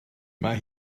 mae